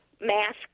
mask